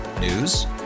News